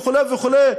וכו' וכו'.